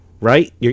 Right